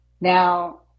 Now